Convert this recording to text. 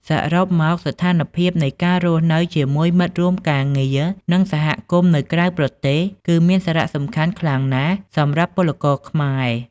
សរុបមកស្ថានភាពនៃការរស់នៅជាមួយមិត្តរួមការងារ និងសហគមន៍នៅក្រៅប្រទេស គឺមានសារៈសំខាន់ខ្លាំងណាស់សម្រាប់ពលករខ្មែរ ។